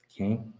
Okay